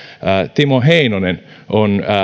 timo heinonen on